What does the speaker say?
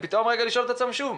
פתאום לשאול את עצמם שוב,